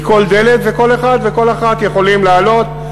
וכל אחד וכל אחת יכולים לעלות,